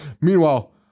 Meanwhile